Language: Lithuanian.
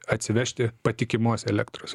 atsivežti patikimos elektros